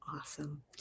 Awesome